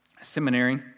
seminary